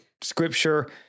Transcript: scripture